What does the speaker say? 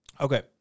Okay